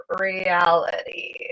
reality